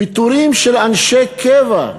פיטורים של אנשי קבע,